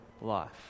life